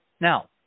Now